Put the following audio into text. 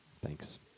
Thanks